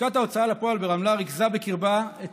לשכת ההוצאה לפועל ברמלה ריכזה בקרבה את